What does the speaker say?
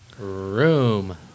Room